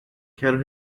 quero